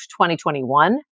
2021